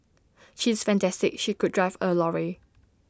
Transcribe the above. she is fantastic she could drive A lorry